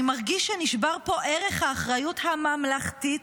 אני מרגיש שנשבר פה ערך האחריות הממלכתית,